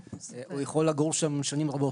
יכול לגור שם שנים רבות,